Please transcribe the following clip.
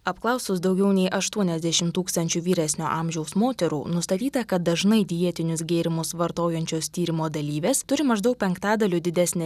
apklausus daugiau nei aštuoniasdešimt tūkstančių vyresnio amžiaus moterų nustatyta kad dažnai dietinius gėrimus vartojančios tyrimo dalyvės turi maždaug penktadaliu didesnę